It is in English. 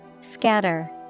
Scatter